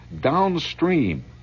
downstream